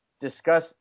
discuss